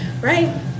right